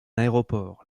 aéroport